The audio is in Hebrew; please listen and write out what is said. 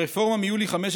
הרפורמה מיולי 2015,